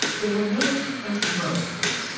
they were known as moas,